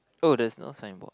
oh there's no signboard